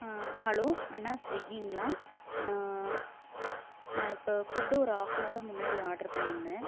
hello அண்ணா சுவிகிங்களா நான் நான் இப்போ ஃபுட்டு ஒரு ஆஃப் அன் அவர் முன்னாடி ஆட்ரு பண்ணியிருந்தேன்